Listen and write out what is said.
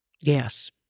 Yes